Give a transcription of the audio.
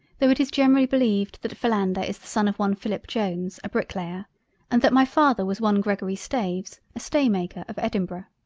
though it is generally beleived that philander, is the son of one philip jones a bricklayer and that my father was one gregory staves a staymaker of edinburgh.